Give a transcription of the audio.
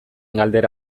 galdera